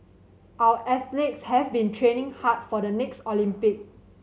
our athletes have been training hard for the next Olympic